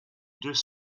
deux